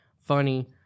funny